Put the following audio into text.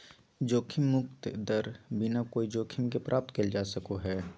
जोखिम मुक्त दर बिना कोय जोखिम के प्राप्त कइल जा सको हइ